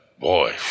boy